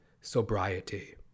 sobriety